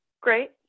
Great